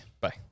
Bye